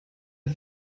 der